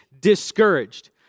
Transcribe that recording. discouraged